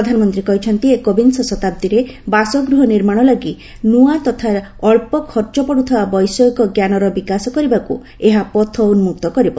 ପ୍ରଧାନମନ୍ତ୍ରୀ କହିଛନ୍ତି ଏକବିଂଶ ଶତାବ୍ଦୀରେ ବାସଗୃହ ନିର୍ମାଣ ଲାଗି ନୂଆ ତଥା ଅଳ୍ପ ଖର୍ଚ୍ଚ ପଡ଼ୁଥିବା ବୈଷୟିକ ଜ୍ଞାନର ବିକାଶ କରିବାକୁ ଏହା ପଥ ଉନ୍ମକ୍ତ କରିବ